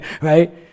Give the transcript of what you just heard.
right